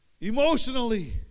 emotionally